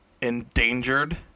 endangered